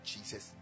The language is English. Jesus